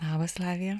labas lavija